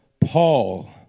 Paul